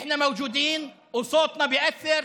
(אומר בערבית: אנחנו קיימים וקולנו משפיע.